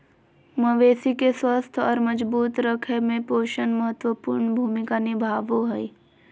मवेशी के स्वस्थ और मजबूत रखय में पोषण महत्वपूर्ण भूमिका निभाबो हइ